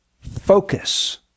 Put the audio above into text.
focus